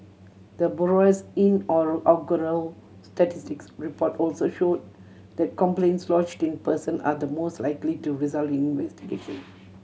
the bureau's statistics report also show that complaints lodged in person are the most likely to result investigation